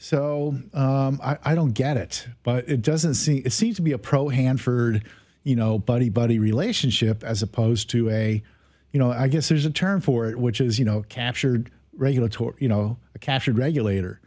so i don't get it but it doesn't see it seems to be a pro hanford you know buddy buddy relationship as opposed to a you know i guess there's a term for it which is you know captured regulatory you know a captured regulator